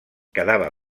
quedava